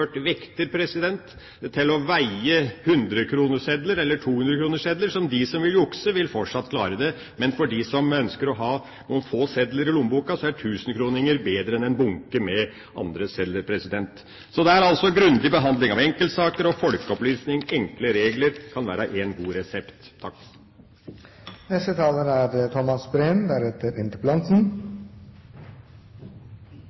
til å veie 100 kr-sedler eller 200 kr-sedler – de som vil jukse, vil fortsatt klare det. Men for dem som ønsker å ha noen få sedler i lommeboka, er 1 000 kr-sedler bedre enn en bunke med andre sedler. Så grundig behandling av enkeltsaker, folkeopplysning og enkle regler kan være en god resept. Jeg vil starte med å takke interpellanten